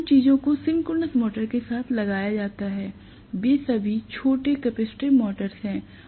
उन चीजों को सिंक्रोनस मोटर्स के साथ चलाया जाता है वे सभी छोटे कैपेसिटिव मोटर्स हैं